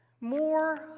more